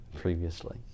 Previously